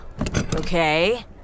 Okay